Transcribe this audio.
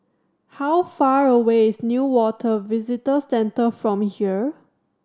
how far away is Newater Visitor Centre from here